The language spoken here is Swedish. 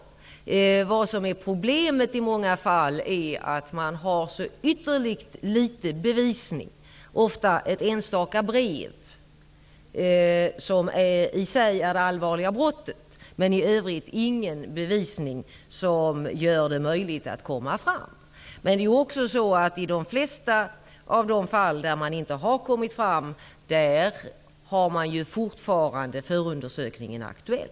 I många fall är problemet att man har så ytterst liten bevisning. Ofta rör det sig om ett enstaka brev, som i sig utgör ett allvarligt brott. I övrigt har man ingen bevisning som gör det möjligt att klara upp fallet. När det gäller de flesta fall som inte har lösts är förundersökningen fortfarande aktuell.